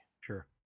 Sure